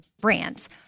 brands